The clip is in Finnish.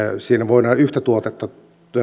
siinä voidaan yhtä tuotetta